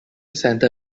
centre